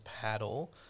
paddle